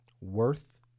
worth